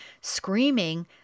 screaming